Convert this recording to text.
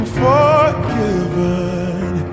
forgiven